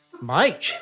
Mike